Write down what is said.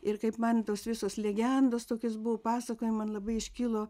ir kaip man tos visos legendos tokios buvo pasakojama labai iškilo